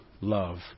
love